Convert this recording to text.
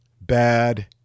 Bad